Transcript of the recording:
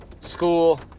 school